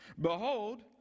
Behold